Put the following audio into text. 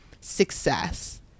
success